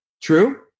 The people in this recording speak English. True